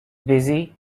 busy